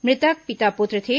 मृतक पिता पुत्र थे